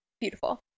beautiful